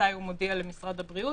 מתי הוא מודיע למשרד הבריאות,